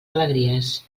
alegries